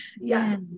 Yes